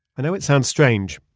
i know it sounds strange,